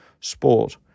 sport